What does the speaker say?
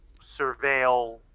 Surveil